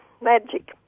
magic